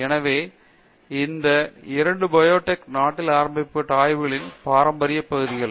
எனவே இந்த 2 biotech நாட்டில் ஆரம்பிக்கப்பட்ட ஆய்வுகளின் பாரம்பரிய பகுதிகள்